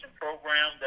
program